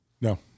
No